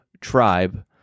tribe